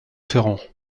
ferrand